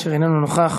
אשר איננו נוכח,